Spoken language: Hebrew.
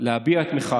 על מנת להביע את מחאתם.